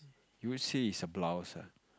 you would say it's a blouse ah